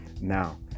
Now